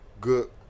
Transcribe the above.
good